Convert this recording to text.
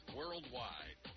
worldwide